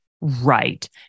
right